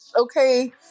okay